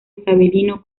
isabelino